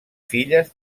filles